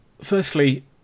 firstly